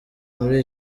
muri